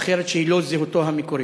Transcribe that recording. אחרת שהיא לא זהותו המקורית.